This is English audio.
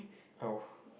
oh